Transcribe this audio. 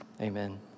amen